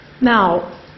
now